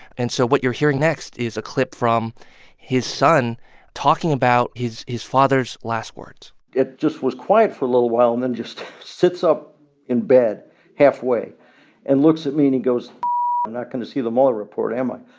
and so what you're hearing next is a clip from his son talking about his his father's last words it just was quiet for a little while and then just sits up in bed half way and looks at me and he goes, i'm not going to see the mueller report, am i?